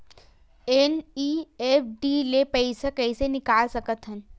NEFT ले पईसा कइसे निकाल सकत हन?